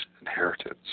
inheritance